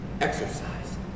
exercise